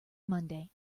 monday